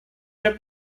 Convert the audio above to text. für